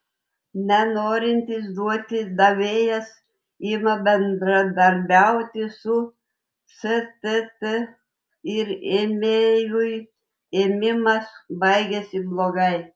nenorintis duoti davėjas ima bendradarbiauti su stt ir ėmėjui ėmimas baigiasi blogai